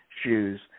shoes